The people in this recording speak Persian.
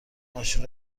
ماشین